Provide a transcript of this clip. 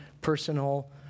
personal